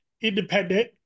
independent